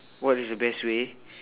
what is the best way